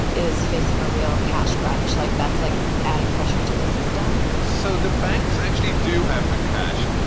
is facing a real cash crunch. like that's like adding pressure to the system so the banks actually do have the cash.